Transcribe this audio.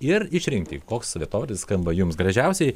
ir išrinkti koks vietovardis skamba jums gražiausiai